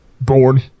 Born